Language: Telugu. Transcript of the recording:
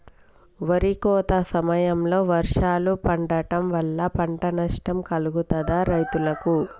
వరి కోత సమయంలో వర్షాలు పడటం వల్ల పంట నష్టం కలుగుతదా రైతులకు?